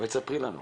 ספרי לנו.